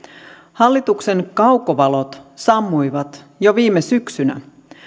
hallituksen kaukovalot sammuivat jo viime syksynä